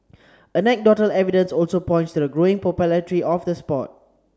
anecdotal evidence also points to the growing popularity of the sport